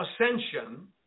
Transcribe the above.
ascension